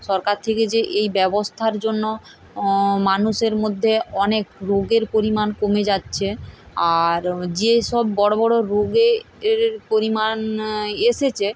সরকার থেকে যে এই ব্যবস্থার জন্য মানুষের মধ্যে অনেক রোগের পরিমাণ কমে যাচ্ছে আর যে সব বড় বড় রোগে এর পরিমাণ এসেছে